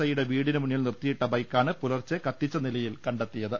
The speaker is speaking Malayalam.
ഐയുടെ വീടിന് മുന്നിൽ നിർത്തിയിട്ട ബൈക്കാണ് പുലർച്ചെ കത്തിച്ച നിലയിൽ കണ്ടെത്തിയത്